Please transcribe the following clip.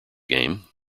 game